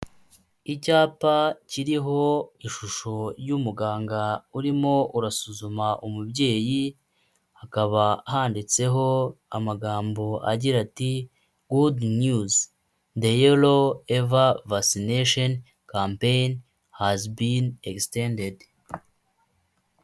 Icyapa kiriho ishusho y'umuganga urimo urasuzuma umubyeyi, hakaba handitseho amagambo agira ati gudu niyuzi, de yero eva vasinesheni kampeyini hazi bini egisitendedi.